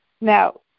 Now